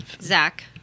Zach